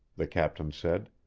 the captain said.